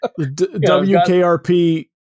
wkrp